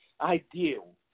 ideal